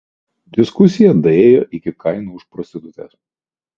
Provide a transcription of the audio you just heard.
diskusija daėjo iki kainų už prostitutes